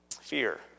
Fear